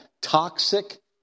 Toxic